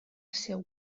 seu